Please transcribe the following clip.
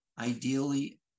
ideally